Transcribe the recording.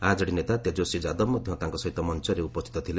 RJD ନେତା ତେଜସ୍ୱୀ ଯାଦବ ମଧ୍ୟ ତାଙ୍କ ସହିତ ମଞ୍ଚରେ ଉପସ୍ଥିତ ଥିଲେ